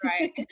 Right